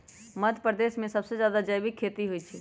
मध्यप्रदेश में सबसे जादा जैविक खेती होई छई